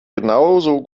genauso